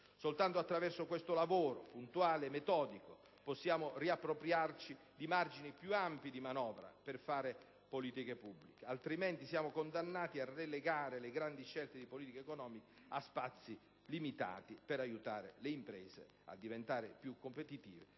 Soltanto attraverso questo lavoro puntuale e metodico possiamo riappropriarci di margini più ampi di manovra per «fare le politiche pubbliche»; altrimenti siamo condannati a relegare le grandi scelte di politica economica a spazi limitati per aiutare le imprese a diventare più competitive